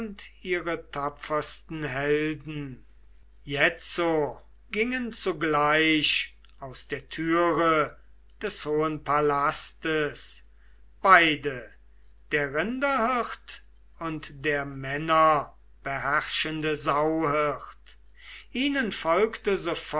ihre tapfersten helden jetzo gingen zugleich aus der türe des hohen palastes beide der rinderhirt und der männerbeherrschende sauhirt ihnen folgte